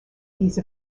these